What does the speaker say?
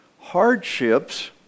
hardships